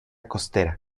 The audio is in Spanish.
costera